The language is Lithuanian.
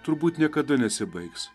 turbūt niekada nesibaigs